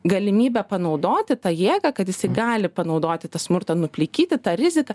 galimybė panaudoti tą jėgą kad jis gali panaudoti tą smurtą nuplikyti tą riziką